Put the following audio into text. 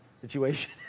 situation